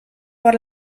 por